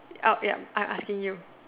out ya I asking you